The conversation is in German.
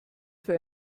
für